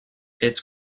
its